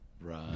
Right